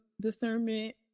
discernment